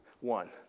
one